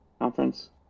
conference